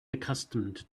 accustomed